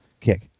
kick